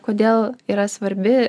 kodėl yra svarbi